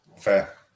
Fair